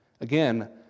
Again